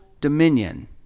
dominion